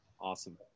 awesome